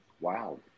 Wow